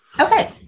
Okay